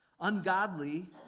Ungodly